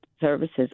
Services